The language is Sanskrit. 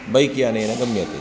बैक् यानेन गम्यते